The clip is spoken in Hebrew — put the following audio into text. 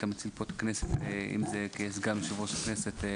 אלא אתה מציל פה את הכנסת כסגן יושב-ראש כנסת.